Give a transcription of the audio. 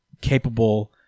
capable